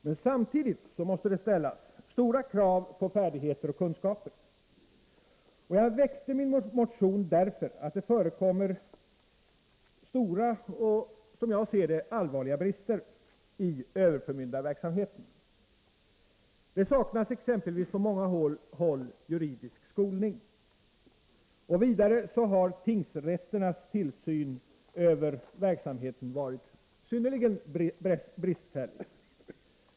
Men samtidigt måste det ställas stora krav på färdigheter och kunskaper. Jag väckte min motion därför att det förekommer stora och — som jag ser det — allvarliga brister i överförmyndarverksamheten. Det saknas exempelvis på många håll juridisk skolning. Vidare har tingsrätternas tillsyn över verksamheten varit synnerligen bristfällig.